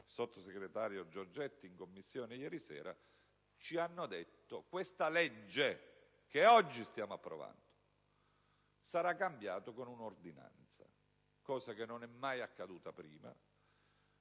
sottosegretario Giorgetti in Commissione ieri sera, hanno detto che questa legge, che oggi stiamo approvando, sarà cambiata con un'ordinanza, cosa che non è mai accaduta prima